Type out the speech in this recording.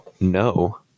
No